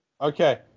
Okay